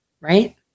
Right